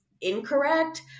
incorrect